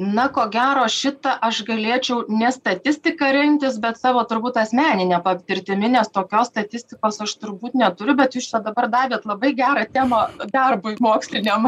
na ko gero šitą aš galėčiau ne statistiką rinktis bet savo turbūt asmenine patirtimi nes tokios statistikos aš turbūt neturiu bet jūs čia dabar davėt labai gerą temą darbui moksliniam